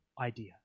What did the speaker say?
idea